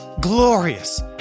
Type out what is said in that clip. glorious